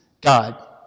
God